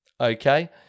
Okay